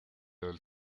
del